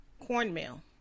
Cornmeal